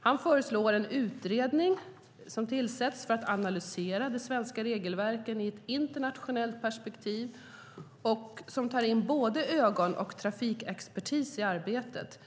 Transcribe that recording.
Han föreslår att en utredning tillsätts för att analysera de svenska regelverken i ett internationellt perspektiv som tar in både ögon och trafikexpertis i arbetet.